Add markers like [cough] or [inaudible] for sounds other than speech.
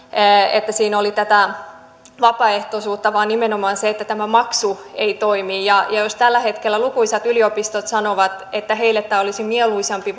että siinä oli tätä vapaaehtoisuutta vaan nimenomaan sen takia että tämä maksu ei toimi jos tällä hetkellä lukuisat yliopistot sanovat että heille olisi mieluisampi [unintelligible]